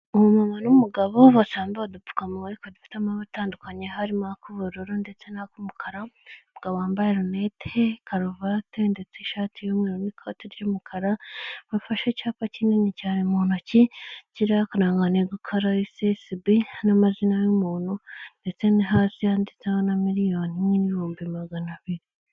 Umumama n'umugabo bose bambaye udupfukamuwa ariko dufite amabara atandukanye, harimo ak'ubururu ndetse n'ak'umukara, umugabo wambaye rinete, karuvate ndetse ishati y'umweru n'ikoti ry'umukara, bafashe icyapa kinini cyane mu ntoki, kiriho akarangantego ka Ara esesibi n'amazina y'umuntu ndetse no hasi handitseho na miliyoni imwe n'ibihumbi magana abiri.